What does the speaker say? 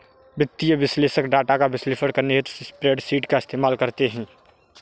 वित्तीय विश्लेषक डाटा का विश्लेषण करने हेतु स्प्रेडशीट का इस्तेमाल करते हैं